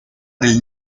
del